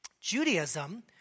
Judaism